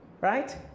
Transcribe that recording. Right